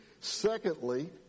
Secondly